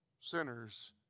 sinners